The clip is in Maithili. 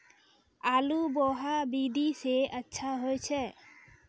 आलु बोहा विधि सै अच्छा होय छै?